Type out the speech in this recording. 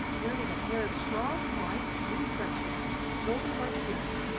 carrying a pair of strong, light, new crutches shouldered like a gun,